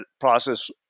process